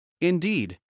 Indeed